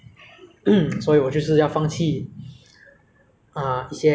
那些我精力过二十年的精力全部放下然后搬去别的国家